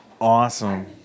Awesome